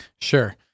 Sure